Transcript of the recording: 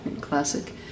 classic